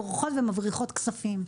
בורחות ומבריחות כספים.